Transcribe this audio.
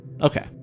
Okay